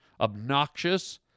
obnoxious